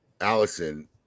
Allison